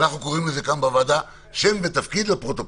אנחנו קוראים לזה כאן בוועדה שם ותפקיד לפרוטוקול.